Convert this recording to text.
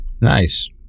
Nice